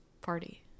party